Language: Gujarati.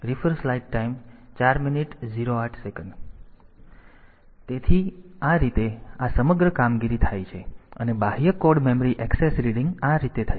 તેથી આ રીતે આ સમગ્ર કામગીરી થાય છે અને બાહ્ય કોડ મેમરી એક્સેસ રીડિંગ આ રીતે થાય છે